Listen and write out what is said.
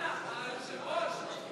היושב-ראש,